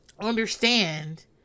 understand